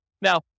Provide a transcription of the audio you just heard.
Now